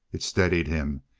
it steadied him,